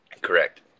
correct